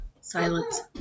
Silence